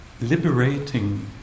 liberating